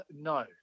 No